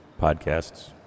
podcasts